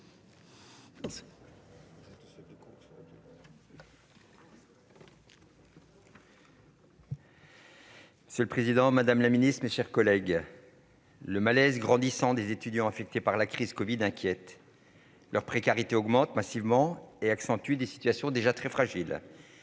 Monsieur le président, madame la ministre, mes chers collègues, le malaise grandissant des étudiants affectés par la crise covid inquiète. Leur précarité augmente massivement et accentue des situations déjà très fragiles.